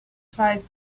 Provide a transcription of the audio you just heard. fight